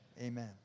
Amen